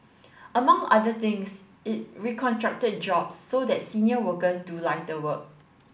among other things it reconstructed jobs so that senior workers do lighter work